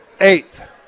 eighth